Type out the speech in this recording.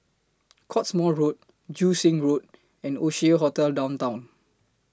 Cottesmore Road Joo Seng Road and Oasia Hotel Downtown